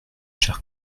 chers